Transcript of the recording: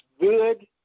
good